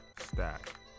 stack